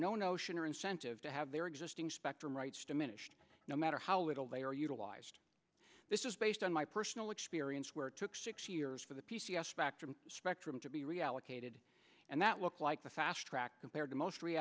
notion or incentive to have their existing spectrum rights diminished no matter how little they are utilized this is based on my personal experience where it took six years for the p c s spectrum spectrum to be reallocated and that looked like a fast track compared to most re